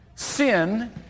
Sin